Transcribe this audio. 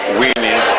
winning